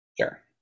Sure